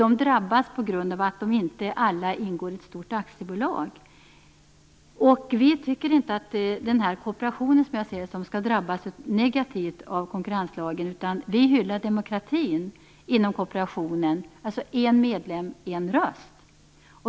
De drabbas på grund av att de inte alla ingår i ett stort aktiebolag. Vi tycker inte att den här kooperationen skall drabbas negativt av konkurrenslagen, utan vi hyllar demokratin inom kooperationen, dvs. en medlem-en röst.